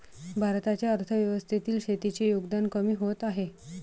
भारताच्या अर्थव्यवस्थेतील शेतीचे योगदान कमी होत आहे